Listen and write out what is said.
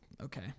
okay